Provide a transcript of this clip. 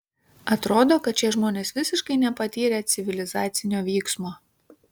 atrodo kad šie žmonės visiškai nepatyrę civilizacinio vyksmo